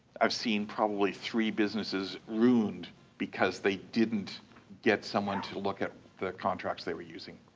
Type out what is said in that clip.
i've seen probably three businesses ruined because they didn't get someone to look at the contracts they were using.